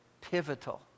pivotal